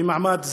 במעמד זה.